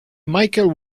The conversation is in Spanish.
michael